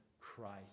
Christ